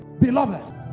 Beloved